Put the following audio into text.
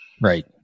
Right